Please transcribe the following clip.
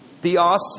Theos